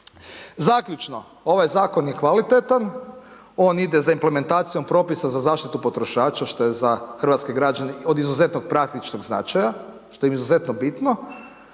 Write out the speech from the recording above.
Zaključno, ovaj zakon je kvalitetan, on ide za implementacijom propisa za zaštitu potrošača što je hrvatske građane od izuzetno praktičnog značaja, što im je izuzetno bitno.